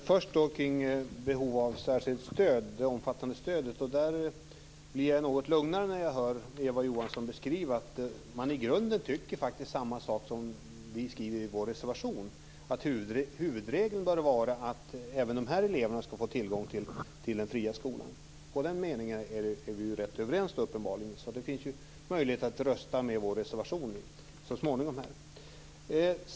Fru talman! Låt mig först säga något om elever med omfattande behov av särskilt stöd. Jag blir något lugnare när jag hör Eva Johansson beskriva att man i grunden faktiskt tycker samma sak som vi skriver i vår reservation, nämligen att huvudregeln bör vara att även de här eleverna skall få tillgång till den fria skolan. Där är vi uppenbarligen ganska överens. Det finns ju möjlighet att rösta med vår reservation så småningom.